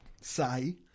say